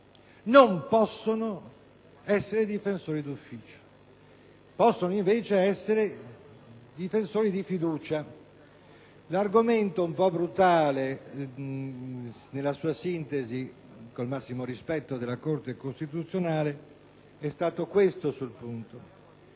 non possono essere difensori d'ufficio; possono invece essere difensori di fiducia. L'argomento, un po' brutale nella sua sintesi (con il massimo rispetto per la Corte costituzionale), sul punto